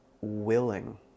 willing